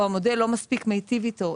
או המודל לא מספיק מיטיב איתו,